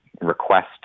request